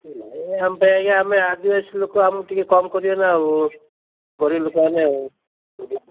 ଆମ ଆଜ୍ଞା ଆମେ ଆଦିବାସୀ ଲୋକ ଆମକୁ ଟିକେ କମ କରିବେନା ଆଉ ଗରିବ ଲୋକ ଆମେ ହଉ